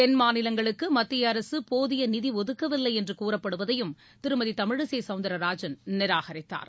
தென் மாநிலங்களுக்கு மத்திய அரசு போதிய நிதி ஒதுக்கவில்லை என்று கூறப்படுவதையும் திருமதி தமிழிசை சவுந்தரராஜன் நிராகரித்தார்